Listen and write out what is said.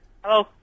Hello